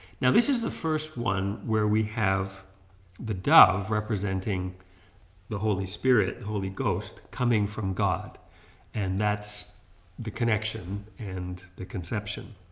now this is the first one where we have the dove representing the holy spirit, the holy ghost coming from god and that's the connection and the conception.